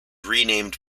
renamed